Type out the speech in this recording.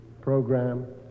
program